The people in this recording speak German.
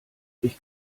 ich